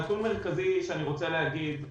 נתון מרכזי שאני רוצה לדבר עליו,